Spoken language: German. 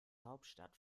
hauptstadt